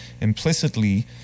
implicitly